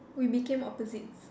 we became opposites